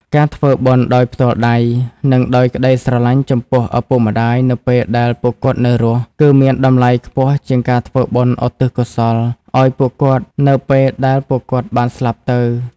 ការធ្វើបុណ្យដោយផ្ទាល់ដៃ និងដោយក្តីស្រឡាញ់ចំពោះឪពុកម្តាយនៅពេលដែលពួកគាត់នៅរស់ គឺមានតម្លៃខ្ពស់ជាងការធ្វើបុណ្យឧទ្ទិសកុសលឲ្យពួកគាត់នៅពេលដែលពួកគាត់បានស្លាប់ទៅ។